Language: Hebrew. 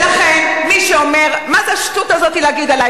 ולכן, מי שאומר, מה זה השטות להגיד עלי?